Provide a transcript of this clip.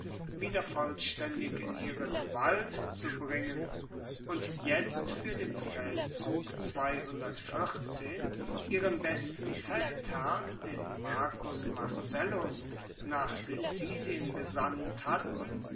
wieder vollstaendig in ihre gewalt zu bringen und jetzt fuer den feldzug ihren besten feldherrn den marcus marcellus nach sizilien gesandt hatten